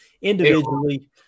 individually